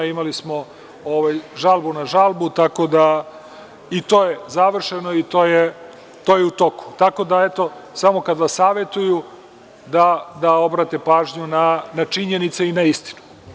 Imali smo žalbu na žalbu, tako da i to je završeno i to je u toku, tako da eto samo kada vas savetuju da obrate pažnju na činjenice i na istinu.